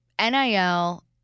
NIL